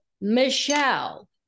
Michelle